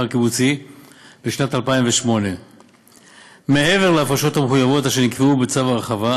הקיבוצי בשנת 2008. מעבר להפרשות המחויבות אשר נקבעו בצו ההרחבה,